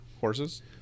Horses